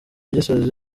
gisozi